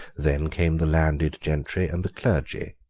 then came the landed gentry and the clergy,